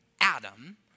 Adam